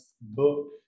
book